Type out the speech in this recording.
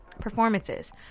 performances